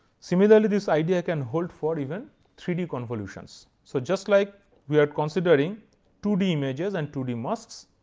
similarly, this idea can hold for even three d convolutions. so, just like we are considering two d images and two d masks,